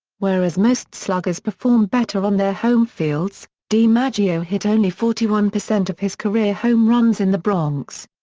whereas most sluggers perform better on their home fields, dimaggio hit only forty one percent of his career home runs in the bronx.